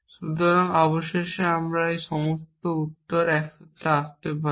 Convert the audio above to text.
সুতরাং অবশেষে আমরা এখানে সব উত্তর একসাথে আসতে পারি